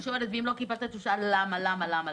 לא הגענו ל-"למה".